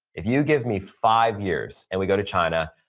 if you give me five years, and we go to china,